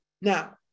Now